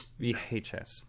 VHS